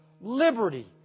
liberty